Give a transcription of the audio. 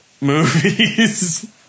movies